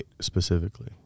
Specifically